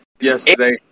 yesterday